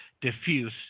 diffuse